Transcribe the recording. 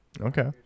Okay